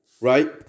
right